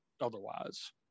otherwise